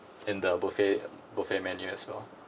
in the buffet buffet menu as well